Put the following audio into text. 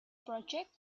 project